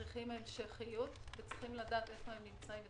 צריכים המשכיות וצריכים לדעת איפה הם נמצאים.